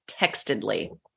textedly